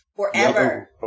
forever